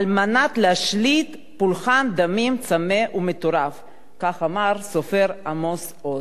על מנת להשליט פולחן דמים צמא ומטורף"; כך אמר הסופר עמוס עוז.